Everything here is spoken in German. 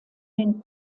den